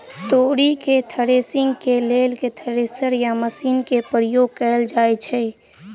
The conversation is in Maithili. तोरी केँ थ्रेसरिंग केँ लेल केँ थ्रेसर या मशीन केँ प्रयोग कैल जाएँ छैय?